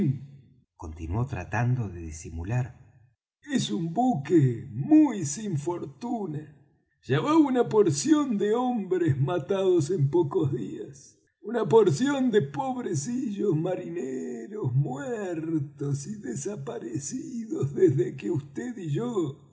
continuó tratando de disimular es un buque muy sin fortuna ya va una porción de hombres matados en pocos días una porción de pobrecillos marineros muertos y desaparecidos desde que vd y yo